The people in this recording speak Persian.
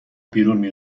بیرون